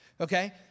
Okay